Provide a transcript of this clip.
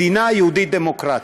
מדינה יהודית דמוקרטית.